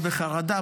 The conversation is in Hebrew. אני בחרדה,